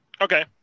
Okay